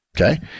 okay